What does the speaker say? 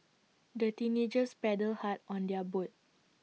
the teenagers paddled hard on their boat